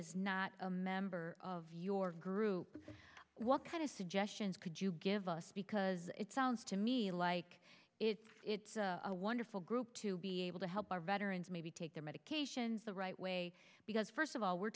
that a member of your group what kind of suggestions could you give us because it sounds to me like a wonderful group to be able to help our veterans maybe take their medications the right way because first of all we're